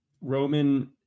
Roman